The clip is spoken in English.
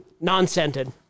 Non-scented